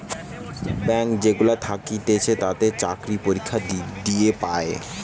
bank যেগুলা থাকতিছে তাতে চাকরি পরীক্ষা দিয়ে পায়